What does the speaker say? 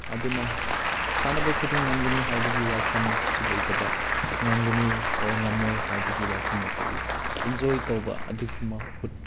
ꯑꯗꯨꯅ ꯁꯥꯟꯅꯕ ꯈꯨꯗꯤꯡ ꯉꯝꯒꯅꯤ ꯍꯥꯏꯕꯒꯤ ꯋꯥꯈꯟꯁꯨ ꯂꯩꯇꯕ ꯉꯝꯒꯅꯤ ꯑꯣꯔ ꯉꯝꯃꯣꯏ ꯍꯥꯏꯕꯒꯤ ꯋꯥꯈꯟ ꯅꯠꯇꯕꯤꯗ ꯏꯟꯖꯣꯏ ꯇꯧꯕ ꯑꯗꯨꯒꯤ ꯃꯍꯨꯠ